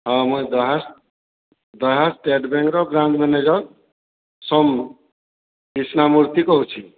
ହଁ ମୁଁ ଗାଁ ଗାଁ ଷ୍ଟେଟ୍ ବ୍ୟାଙ୍କ ର ବ୍ରାଞ୍ଚ୍ ମ୍ୟାନେଜର ସୋମ କ୍ରିଷ୍ଣାମୂର୍ତ୍ତି କହୁଛି